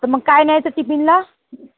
तर मग काय न्यायचं टिफीनला